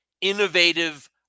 innovative